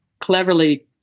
cleverly